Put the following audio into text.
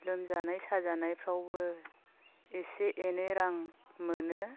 लोमजानाय साजानायफ्रावबो एसे एनै रां मोनो